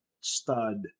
stud